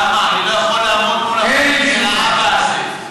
למה אני לא יכול מול הפנים של האבא הזה?